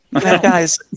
Guys